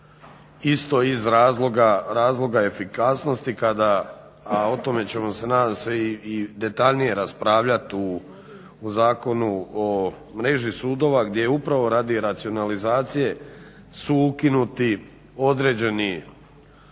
isto iz razloga efikasnosti, kada a o tome ćemo nadam se i detaljnije raspravljati u Zakonu o mreži sudova gdje je upravo radi racionalizacije su ukinuti određeni